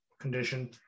condition